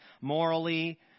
morally